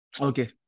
Okay